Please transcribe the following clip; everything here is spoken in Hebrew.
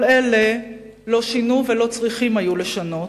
כל זה בכלל לא משנה, ולא צריך לשנות.